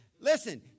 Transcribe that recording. Listen